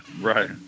Right